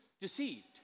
deceived